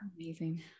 amazing